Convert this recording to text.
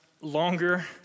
longer